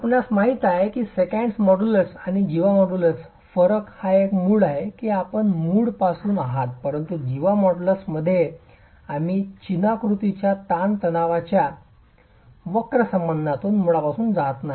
आपणास माहित आहे की सेकंट मॉड्यूलस आणि जीवा मॉड्यूलसमधील फरक हा मूळ आहे की आपण मूळ पासून आहात परंतु जीवा मॉड्यूलसमध्ये आम्ही चिनाकृतीच्या ताणतणावाच्या वक्र संबंधात मूळपासून जात नाही